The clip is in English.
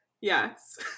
Yes